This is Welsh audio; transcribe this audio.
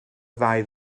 ddau